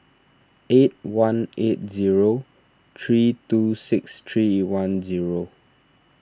eight one eight zero three two six three one zero